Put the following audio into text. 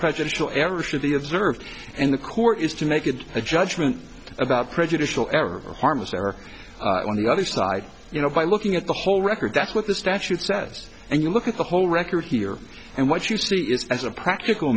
prejudicial ever should be observed and the court is to make it a judgment about prejudicial error or harmless error on the other side you know by looking at the whole record that's what the statute says and you look at the whole record here and what you see is as a practical